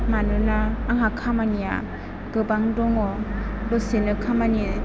मानोना आंहा खामानिया गोबां दङ दसेनो खामानि